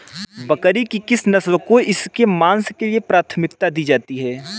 बकरी की किस नस्ल को इसके मांस के लिए प्राथमिकता दी जाती है?